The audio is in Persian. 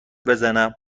بزنم